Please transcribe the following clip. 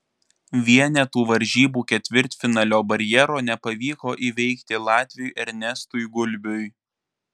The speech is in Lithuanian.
vienetų varžybų ketvirtfinalio barjero nepavyko įveikti latviui ernestui gulbiui